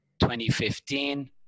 2015